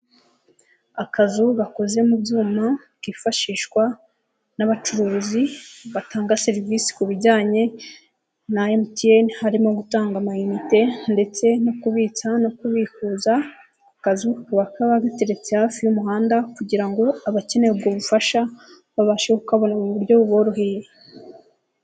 Akazu gakoze mu byuma kifashishwa n'abacuruzi batanga serivisi ku bijyanye na MTN harimo gutanga amayinite ndetse no kubitsa no kubikuza, akazu kakaba kaba gateretse hafi y'umuhanda kugira ngo abakeneye ubwo bufasha, babashe kukabona mu buryo buboroheye.